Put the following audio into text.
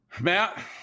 Matt